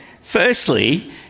Firstly